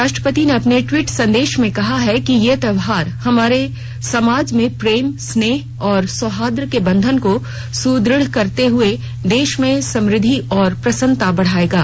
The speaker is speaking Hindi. राष्ट्रपति ने अपने ट्वीट संदेश में कहा कि ये त्योहार हमारे समाज में प्रेम स्नेह और सौहार्द के बंधन को सुदृढ करते हए देश में समुद्धि और प्रसन्नता बढाएंगे